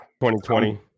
2020